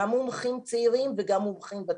גם מומחים צעירים וגם מומחים ותיקים.